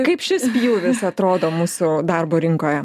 kaip šis pjūvis atrodo mūsų darbo rinkoje